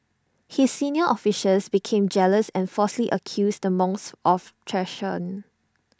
his senior officials became jealous and falsely accused the monks of treason